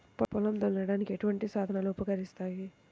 పొలం దున్నడానికి ఎటువంటి సాధనలు ఉపకరిస్తాయి?